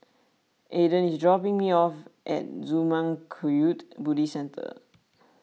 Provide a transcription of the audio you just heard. Aaden is dropping me off at Zurmang Kagyud Buddhist Centre